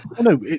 no